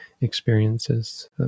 experiences